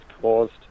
caused